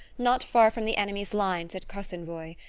not far from the enemy's lines at cosenvoye,